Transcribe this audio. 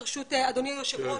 ברשות אדוני היושב ראש,